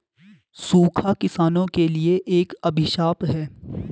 सूखा किसानों के लिए एक अभिशाप है